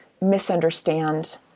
misunderstand